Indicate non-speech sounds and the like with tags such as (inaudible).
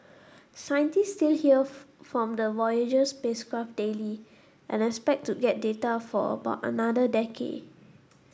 scientists still hear (unintelligible) from the Voyager spacecraft daily and expect to get data for about another decade